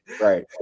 right